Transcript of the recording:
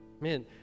Man